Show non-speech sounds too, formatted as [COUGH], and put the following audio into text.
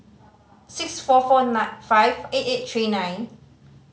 six four four [UNINTELLIGIBLE] five eight eight three nine